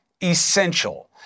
Essential